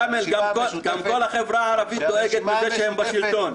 גם כל החברה הערבית דואגת מזה שהם בשלטון.